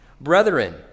Brethren